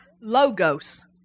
logos